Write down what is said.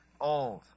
old